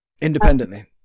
independently